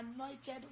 anointed